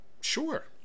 Sure